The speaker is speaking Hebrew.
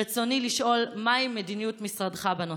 רצוני לשאול: מהי מדיניות משרדך בנושא?